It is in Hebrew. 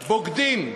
בוגדים,